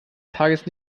tages